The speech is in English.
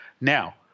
Now